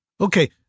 okay